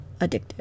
addictive